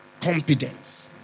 Competence